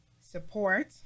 support